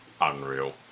unreal